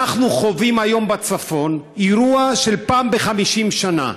אנחנו חווים היום בצפון אירוע של פעם ב-50 שנה,